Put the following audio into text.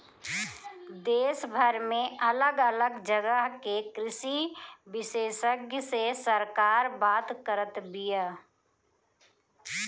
देशभर में अलग अलग जगह के कृषि विशेषग्य से सरकार बात करत बिया